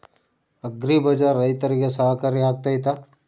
Agri Bazaar ರೈತರಿಗೆ ಸಹಕಾರಿ ಆಗ್ತೈತಾ?